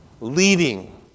Leading